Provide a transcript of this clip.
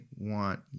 want